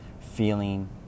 feeling